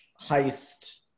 heist